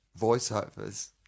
voiceovers